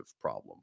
problem